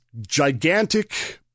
gigantic